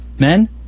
Men